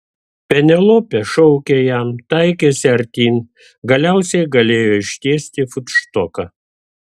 penelopė šaukė jam taikėsi artyn galiausiai galėjo ištiesti futštoką